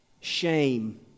Shame